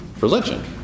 religion